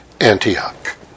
Antioch